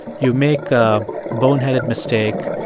you make a boneheaded mistake.